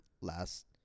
last